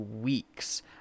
weeks